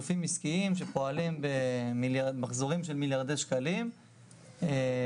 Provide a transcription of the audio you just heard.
גופים עסקיים שפועלים במחזורים של מיליארדי שקלים לא